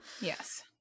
Yes